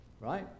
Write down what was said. Right